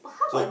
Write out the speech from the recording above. so